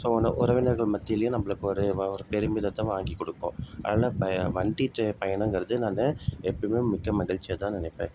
so உன உறவினர்கள் மத்தியிலேயும் நம்மளுக்கு ஒரு ஒ ஒரு பெருமிதத்தை வாங்கிக் கொடுக்கும் அதனால் இப்போ வண்டி ச பயணங்கிறது நான் எப்பயுமே மிக்க மகிழ்ச்சியா தான் நினைப்பேன்